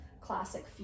classic